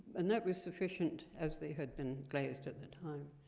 and that was sufficient as they had been glazed at the time.